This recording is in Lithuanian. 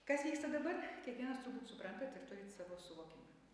kas vyksta dabar kiekvienas turbūt suprantat ir turit savo suvokimą